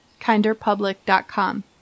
kinderpublic.com